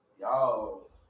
y'all